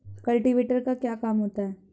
Cultivator का क्या काम होता है?